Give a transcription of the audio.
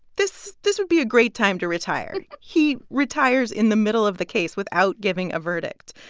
this this would be a great time to retire. he retires in the middle of the case without giving a verdict.